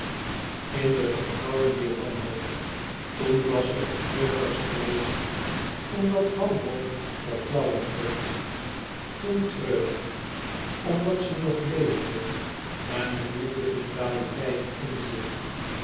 in de verflauwing dier wanhoop toen was ze het treurigst geweest omdat wanhoop verflauwen kn toen treurig omdat zij nog leefde en voelde vitaliteit in zich